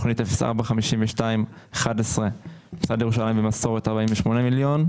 תכנית 04-5211 של משרד ירושלים ומסורת 48 מיליון,